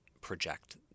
project